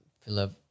Philip